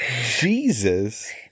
Jesus